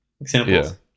examples